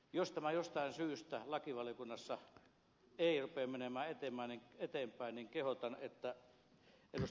jos tämä jostain syystä lakivaliokunnassa ei rupea menemään eteenpäin niin kehotan että ed